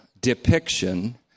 depiction